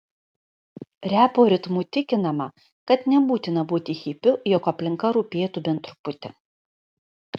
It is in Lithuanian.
repo ritmu tikinama kad nebūtina būti hipiu jog aplinka rūpėtų bent truputį